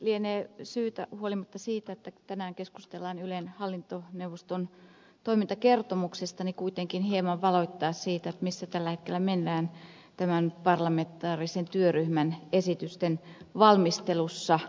lienee syytä huolimatta siitä että tänään keskustellaan ylen hallintoneuvoston toimintakertomuksesta kuitenkin hieman valottaa sitä missä tällä hetkellä mennään tämän parlamentaarisen työryhmän esitysten valmistelussa